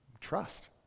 Trust